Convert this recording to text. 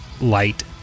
light